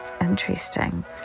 interesting